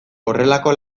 horrelako